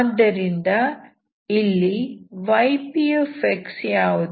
ಆದ್ದರಿಂದ ಇಲ್ಲಿ ypx ಯಾವುದು